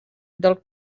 del